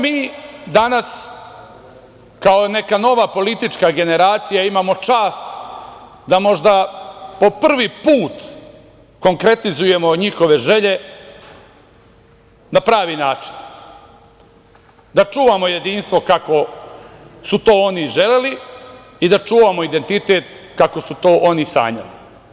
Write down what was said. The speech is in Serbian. Mi danas kao neka nova politička generacija imamo čast da možda po prvi put konkretizujemo njihove želje na pravi način, da čuvamo jedinstvo kako su to oni želeli i da čuvamo identitet kako su to oni sanjali.